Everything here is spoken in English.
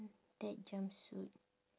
that jumpsuit